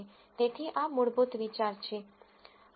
તેથી આ મૂળભૂત વિચાર છે